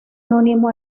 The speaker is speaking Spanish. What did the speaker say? anónimo